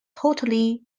totally